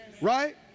Right